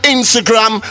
Instagram